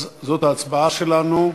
אז זו ההצבעה שלנו: